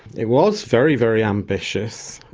it was very, very ambitious.